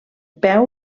peu